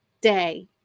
day